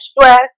stress